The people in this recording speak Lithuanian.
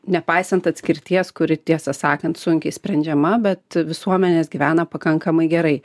nepaisant atskirties kuri tiesą sakant sunkiai sprendžiama bet visuomenės gyvena pakankamai gerai